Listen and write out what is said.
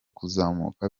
kuzamuka